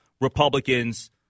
republicans